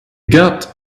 got